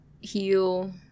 heal